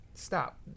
stop